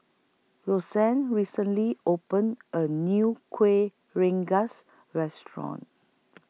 Rosann recently opened A New Kueh Rengas Restaurant